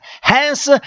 Hence